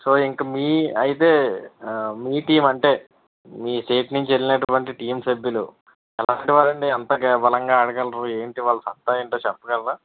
so ఇంక మీ అయితే మీ టీమ్ అంటే మీ చేతినుంచి వెళ్ళినటువంటి టీమ్ సభ్యులు ఎలాంటి వారండి ఎంత బలంగా ఆడగలరు ఏంటి వాళ్ళ సత్తా ఏంటో చెప్పగలరా